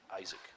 Isaac